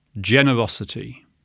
Generosity